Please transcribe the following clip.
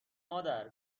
مادر